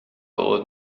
old